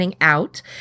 out